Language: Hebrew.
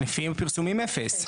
לפי הפרסומים אפס.